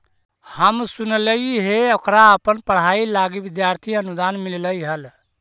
हम सुनलिइ हे ओकरा अपन पढ़ाई लागी विद्यार्थी अनुदान मिल्लई हल